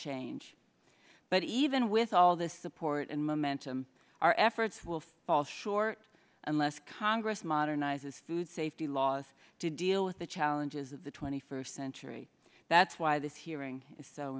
change but even with all this support and momentum our efforts will fall short unless congress modernize its food safety laws to deal with the challenges of the twenty first century that's why this hearing is so